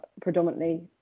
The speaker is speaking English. predominantly